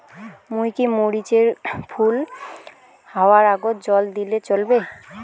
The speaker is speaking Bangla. মুই কি মরিচ এর ফুল হাওয়ার আগত জল দিলে চলবে?